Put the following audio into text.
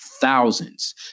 thousands